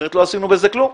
אחרת לא עשינו בזה כלום.